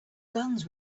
guns